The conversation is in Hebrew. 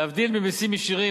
להבדיל ממסים ישירים,